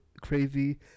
crazy